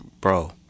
bro